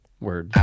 Word